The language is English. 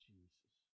Jesus